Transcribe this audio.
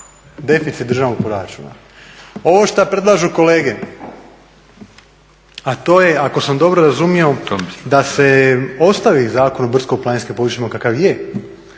deficit državnog proračuna. Ovo što predlažu kolege, a to je ako sam dobro razumio da se ostavi Zakon o brdsko-planinskim područjima kakav je,